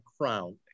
crown